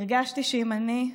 הרגשתי שאם אני,